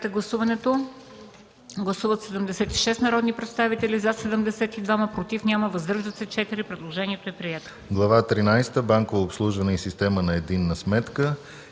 – Банково обслужване и система на единна сметка”.